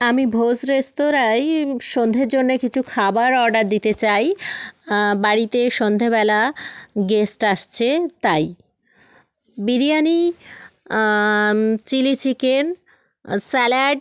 আমি ভোজ রেস্তোরাঁয় সন্ধের জন্যে কিছু খাবার অর্ডার দিতে চাই বাড়িতে সন্ধ্যেবেলা গেস্ট আসছে তাই বিরিয়ানি চিলি চিকেন স্যালাড